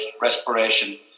respiration